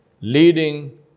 leading